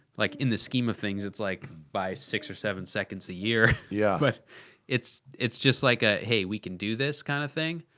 like in the scheme of things it's like by six or seven seconds a year! yeah but it's just like a hey we can do this. kind of thing.